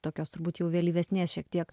tokios turbūt jau vėlyvesnės šiek tiek